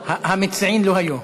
המציעים לא היו.